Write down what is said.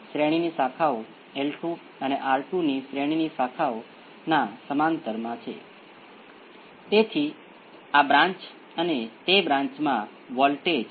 તેથી હું તેની ચિંતા કરીશ નહીં અને મેં ડાબી બાજુને સામાન્ય બનાવી છે જેથી V c નો ગુણાંક 1 છે આ માત્ર અનુકૂળતા માટે છે